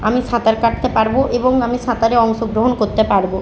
আমি সাঁতার কাটতে পারব এবং আমি সাঁতারে অংশগ্রহণ করতে পারব